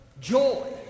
joy